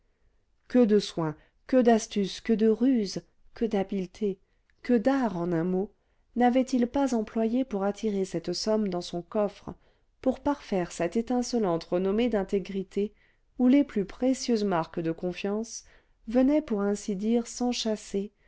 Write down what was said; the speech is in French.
que de soins que d'astuce que de ruses que d'habileté que d'art en un mot n'avait-il pas employés pour attirer cette somme dans son coffre pour parfaire cette étincelante renommée d'intégrité où les plus précieuses marques de confiance venaient pour ainsi dire